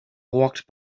walked